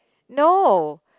no